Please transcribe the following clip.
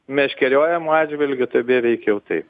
meškeriojimo atžvilgiu tai beveik jau taip